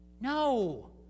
No